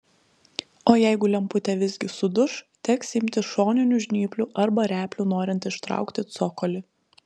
o jeigu lemputė visgi suduš teks imtis šoninių žnyplių arba replių norint ištraukti cokolį